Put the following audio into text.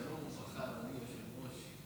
שלום וברכה, אדוני היושב-ראש, שלום לשר בן צור.